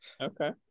okay